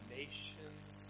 nations